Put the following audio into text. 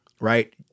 right